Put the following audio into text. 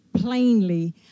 plainly